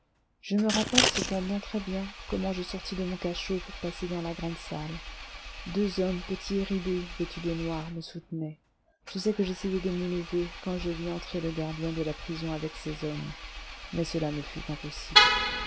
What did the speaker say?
je me rappelle cependant très bien comment je sortis de mon cachot pour passer dans la grande salle deux hommes petits et ridés vêtus de noir me soutenaient je sais que j'essayai de me lever quand je vis entrer le gardien de la prison avec ces hommes mais cela me fut impossible